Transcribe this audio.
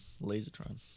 Lasertron